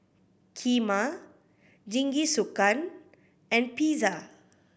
Kheema Jingisukan and Pizza